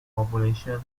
population